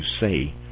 say